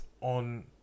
on